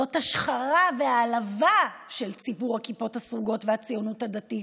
זו השחרה והעלבה של ציבור הכיפות הסרוגות והציונות הדתית,